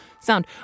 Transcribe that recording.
sound